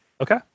Okay